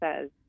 says